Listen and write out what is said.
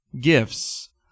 gifts